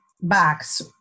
box